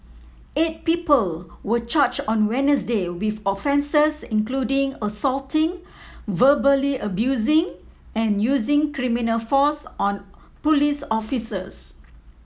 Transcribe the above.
eight people were charged on Wednesday with offences including assaulting verbally abusing and using criminal force on police officers